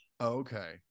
Okay